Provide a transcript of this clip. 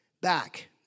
back